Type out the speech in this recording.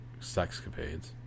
sexcapades